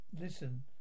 listen